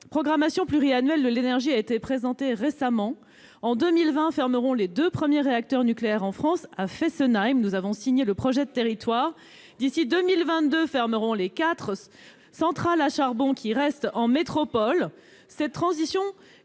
programmation pluriannuelle de l'énergie a été présentée récemment. En 2020 fermeront les deux premiers réacteurs nucléaires en France, à Fessenheim ; nous avons signé le projet de territoire. Ce n'est pas intelligent ! D'ici à 2022 fermeront les quatre centrales à charbon qui fonctionnent encore en métropole.